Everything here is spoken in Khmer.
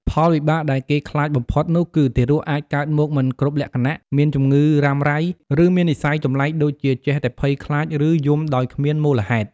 ផលវិបាកដែលគេខ្លាចបំផុតនោះគឺ ទារកអាចកើតមកមិនគ្រប់លក្ខណ៍ មានជំងឺរ៉ាំរ៉ៃ ឬមាននិស្ស័យចម្លែកដូចជាចេះតែភ័យខ្លាច ឬយំដោយគ្មានមូលហេតុ។